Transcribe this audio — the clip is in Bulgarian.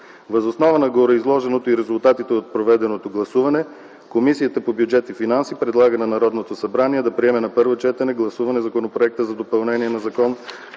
Въз основа на гореизложеното и резултатите от проведеното гласуване Комисията по бюджет и финанси предлага на Народното събрание да приеме на първо гласуване Законопроекта за допълнение на Закона